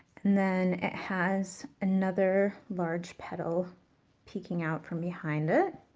then it has another large petal peeking out from behind it.